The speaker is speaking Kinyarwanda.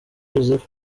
joseph